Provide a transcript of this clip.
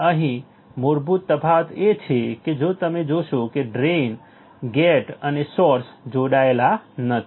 હવે અહીં મૂળભૂત તફાવત એ છે કે જો તમે જોશો કે ડ્રેઇન ગેટ અને સોર્સ જોડાયેલા નથી